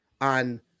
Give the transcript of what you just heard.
on